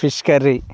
fish curry